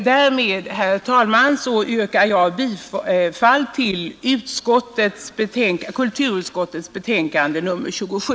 Därmed, herr talman, yrkar jag bifall till kulturutskottets hemställan i dess betänkande nr 27.